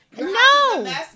No